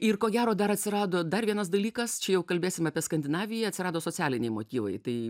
ir ko gero dar atsirado dar vienas dalykas čia jau kalbėsim apie skandinaviją atsirado socialiniai motyvai tai